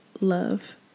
love